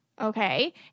Okay